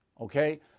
okay